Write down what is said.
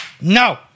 No